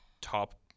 top